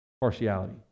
partiality